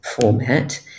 format